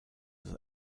das